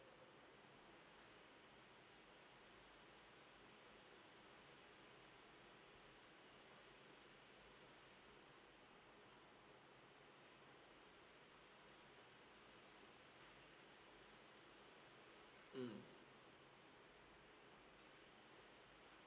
mm